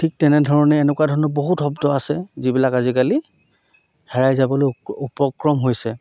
ঠিক তেনেধৰণে এনেকুৱা ধৰণৰ বহুত শব্দ আছে যিবিলাক আজিকালি হেৰাই যাবলৈ উপক্ৰম হৈছে